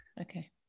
Okay